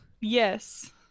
yes